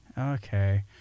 okay